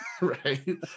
right